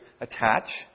attach